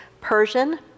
Persian